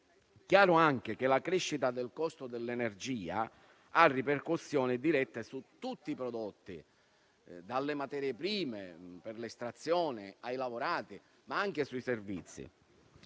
chiaro anche che la crescita del costo dell'energia ha ripercussioni dirette su tutti i prodotti (dalle materie prime per l'estrazione, ai lavorati), ma anche sui servizi.